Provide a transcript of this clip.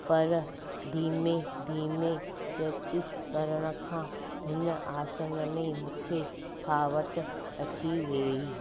पर धीमे धीमे प्रेक्टिस करण खां हिन आसन में मूंखे फ़ावत अची वेई